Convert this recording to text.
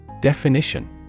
Definition